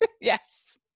Yes